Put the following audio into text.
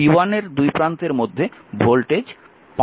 p1 এর দুই প্রান্তের মধ্যে ভোল্টেজ 5 ভোল্ট রয়েছে